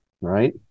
right